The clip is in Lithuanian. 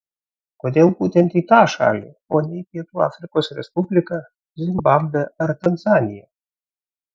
kodėl būtent į tą šalį o ne į pietų afrikos respubliką zimbabvę ar tanzaniją